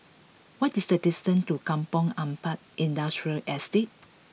what is the distance to Kampong Ampat Industrial Estate